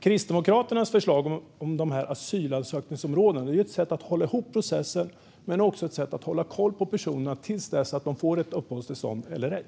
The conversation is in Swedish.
Kristdemokraternas förslag om asylansökningsområden är ett sätt att hålla ihop processen men också ett sätt att hålla koll på personerna tills de får ett uppehållstillstånd eller ej.